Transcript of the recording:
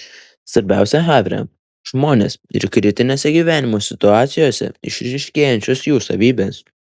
svarbiausia havre žmonės ir kritinėse gyvenimo situacijose išryškėjančios jų savybės